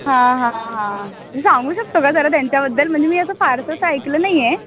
हां हां हां तू सांगू शकतो का जरा त्यांच्याबद्दल म्हणजे मी असं फारसं असं ऐकलं नाही आहे